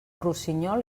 rossinyol